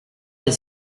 les